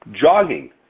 Jogging